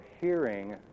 hearing